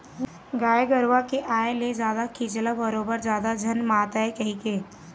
गाय गरूवा के आए जाए ले जादा चिखला बरोबर जादा झन मातय कहिके